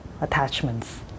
attachments